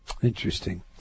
Interesting